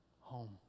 home